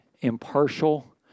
impartial